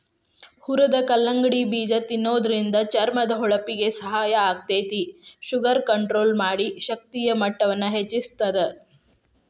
ಹುರದ ಕಲ್ಲಂಗಡಿ ಬೇಜ ತಿನ್ನೋದ್ರಿಂದ ಚರ್ಮದ ಹೊಳಪಿಗೆ ಸಹಾಯ ಆಗ್ತೇತಿ, ಶುಗರ್ ಕಂಟ್ರೋಲ್ ಮಾಡಿ, ಶಕ್ತಿಯ ಮಟ್ಟವನ್ನ ಹೆಚ್ಚಸ್ತದ